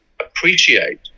appreciate